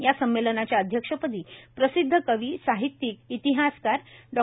या संमेलनाच्या अध्यक्षपदी प्रसिद्ध कवी साहित्य इतिहासकार डॉ